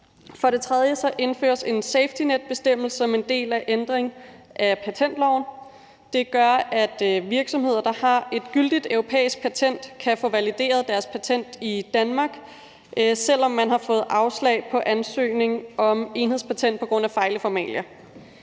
For det tredje indføres en safetynetbestemmelse som en del af ændringen af patentloven. Det gør, at virksomheder, der har et gyldigt europæisk patent, kan få valideret deres patent i Danmark, selv om de har fået afslag på ansøgning om enhedspatent på grund af fejl i formalia.